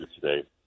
today